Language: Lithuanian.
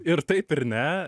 ir taip ir ne